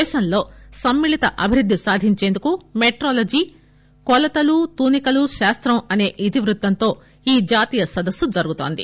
దేశంలో సమ్మిళిత అభివృద్ది సాధించేందుకు మెట్రాలజీ కొలతలు తూనికలు శాస్తం అనే ఇతివృత్తంతో ఈ జాతీయ సదస్సు జరుగుతోంది